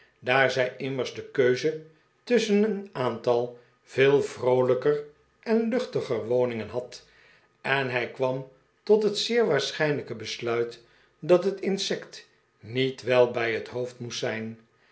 daar zij immers de keuze tusschen een aantal veel vroolijker en luchtiger woningen had en hij kwam tot het zeer waarschijnlijke besluit dat het insect niet wel bij het hoofd moest zijn